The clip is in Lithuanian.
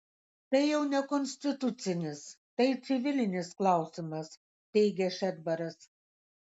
tai jau ne konstitucinis tai civilinis klausimas teigė šedbaras